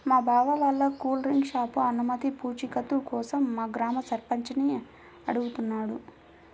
మా బావ వాళ్ళ కూల్ డ్రింక్ షాపు అనుమతి పూచీకత్తు కోసం మా గ్రామ సర్పంచిని అడుగుతున్నాడు